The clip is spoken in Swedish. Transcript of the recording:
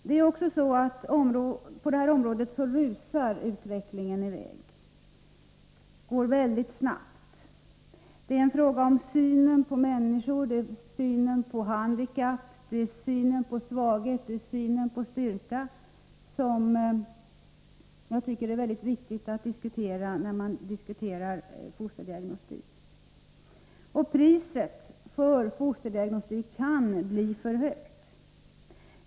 Utvecklingen på detta område rusar i väg. Det är en fråga om synen på människor, på handikapp, på svaghet och på styrka, vilket jag anser är viktigt att diskutera när man tar upp fosterdiagnostiken. Priset för fosterdiagnostik kan bli för högt.